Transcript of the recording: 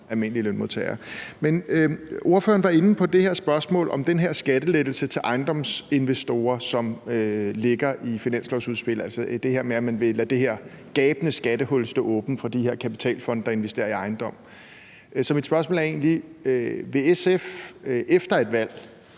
Men ordføreren var inde på det her spørgsmål om den her skattelettelse til ejendomsinvestorer, som ligger i finanslovsudspillet, altså det med, at man vil lade det her gabende skattehul stå åbent for de her kapitalfonde, der investerer i ejendom. Så mit spørgsmål er egentlig: Vil SF efter et valg,